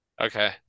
Okay